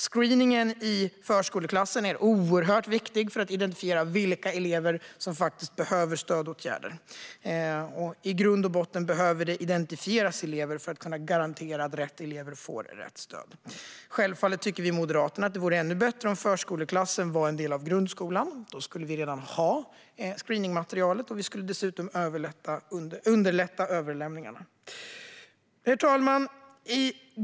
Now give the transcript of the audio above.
Screeningen i förskoleklassen är oerhört viktig för att identifiera vilka elever som behöver stödåtgärder. I grund och botten behöver elever identifieras för att man ska kunna garantera att rätt elever får rätt stöd. Självfallet tycker vi i Moderaterna att det vore ännu bättre om förskoleklassen var en del av grundskolan. Då skulle vi redan ha screeningmaterialet, och vi skulle dessutom underlätta överlämningarna. Herr talman!